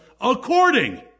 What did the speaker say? according